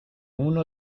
uno